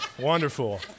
wonderful